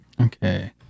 Okay